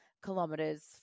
kilometers